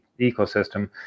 ecosystem